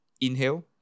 Inhale